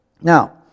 Now